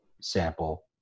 sample